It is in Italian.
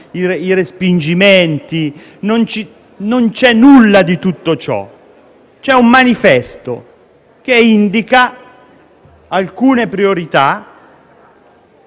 i respingimenti. Non c'è nulla di tutto ciò. È un manifesto che indica delle priorità